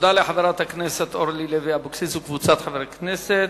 תודה לחברת הכנסת אורלי לוי אבקסיס וקבוצת חברי כנסת.